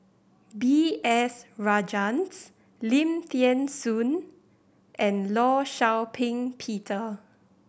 B S Rajhans Lim Thean Soo and Law Shau Ping Peter